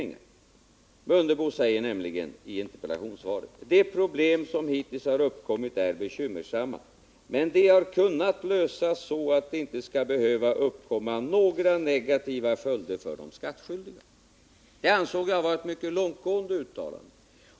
Ingemar Mundebo säger nämligen i interpellationssvaret: ”De problem som hittills har uppkommit är Nr 32 bekymmersamma, men de har kunnat lösas så att det inte skall behöva Tisdagen den uppkomma några negativa följder för de skattskyldiga ——-=—-.” 20 november 1979 Det ansåg jag var ett synnerligen långtgående uttalande.